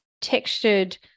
textured